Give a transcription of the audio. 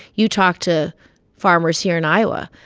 you talk to farmers here in iowa.